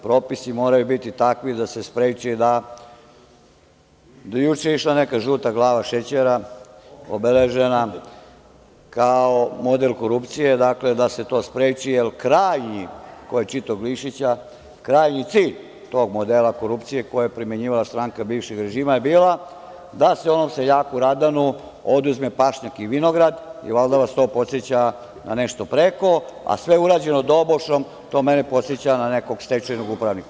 Propisi moraju biti takvi da se spreči da, do juče je išla neka žuta glava šećera, obeležena, kao model korupcije, dakle, da se to spreči, jer krajnji cilj, ko je čitao Glišića, tog modela korupcije koji je primenjivala stranka bivšeg režima je bila da se onom seljaku Radanu oduzme pašnjak i vinograd, jer vas valjda to podseća na nešto preko, a sve je urađeno dobošom, što mene podseća na nekog stečajnog upravnika.